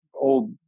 old